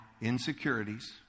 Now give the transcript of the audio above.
insecurities